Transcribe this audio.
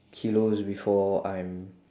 kilos before I'm